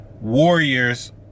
warriors